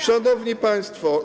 Szanowni Państwo!